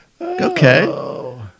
Okay